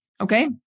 Okay